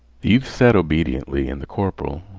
the youth sat obediently and the corporal,